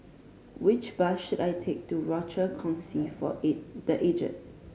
which bus should I take to Rochor Kongsi for The Aged